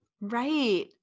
Right